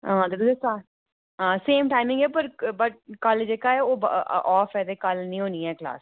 आं same timing ऐ पर बट कल जेह्का ऐ ओह् ऑफ ऐ ते कल नी होनी ऐ क्लास